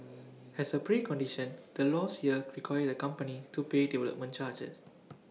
as A precondition the laws here require the company to pay development charges